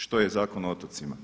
Što je Zakon o otocima?